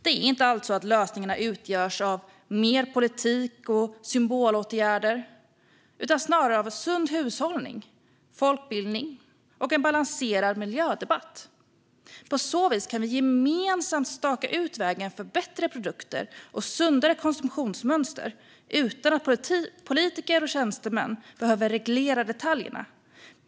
Det är inte alltid så att lösningarna utgörs av mer politik och symbolåtgärder utan snarare av sund hushållning, folkbildning och en balanserad miljödebatt. På så vis kan vi gemensamt staka ut vägen mot bättre produkter och sundare konsumtionsmönster utan att politiker och tjänstemän behöver reglera detaljerna.